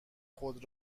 خود